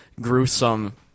gruesome